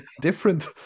different